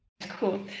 cool